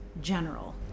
general